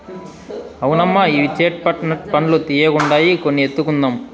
అవునమ్మా ఇవి చేట్ పట్ నట్ పండ్లు తీయ్యగుండాయి కొన్ని ఎత్తుకుందాం